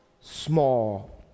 small